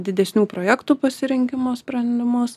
didesnių projektų pasirinkimo sprendimus